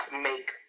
make-